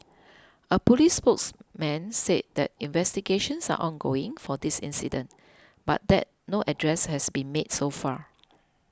a police spokesman said that investigations are ongoing for this incident but that no addresses had been made so far